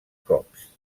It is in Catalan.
cops